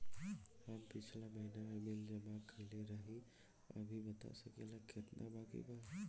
हम पिछला महीना में बिल जमा कइले रनि अभी बता सकेला केतना बाकि बा?